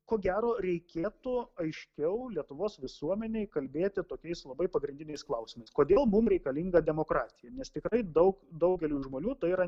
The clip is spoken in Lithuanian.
ko gero reikėtų aiškiau lietuvos visuomenei kalbėti tokiais labai pagrindiniais klausimais kodėl mum reikalinga demokratija nes tikrai daug daugeliui žmonių tai yra